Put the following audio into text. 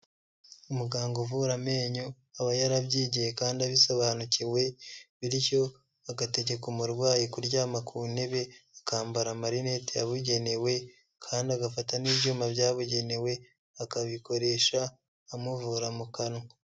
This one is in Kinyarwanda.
Umuganga uvura amenyo, aba yarabyigiye kandi abisobanukiwe bityo agategeka umurwayi kuryama ku ntebe akambara marinete yabugenewe kandi agafata n'ibyuma byabugenewe, akabikoresha amuvura mu kanwa.